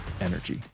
Energy